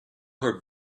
her